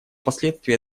последствий